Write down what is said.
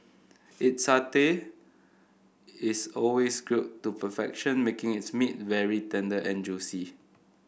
its satay is always grilled to perfection making its meat very tender and juicy